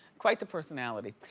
quite the personality.